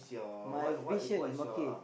my vision okay